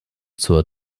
zur